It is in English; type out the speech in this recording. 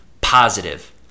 positive